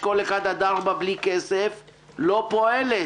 אשכול 4-1, בלי כסף, לא פועלת.